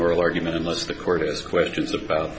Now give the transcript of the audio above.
oral argument unless the court has questions about